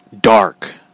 dark